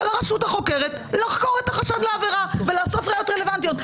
על הרשות החוקרת לחקור את החשד לעבירה ולאסוף ראיות רלוונטיות.